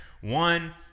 One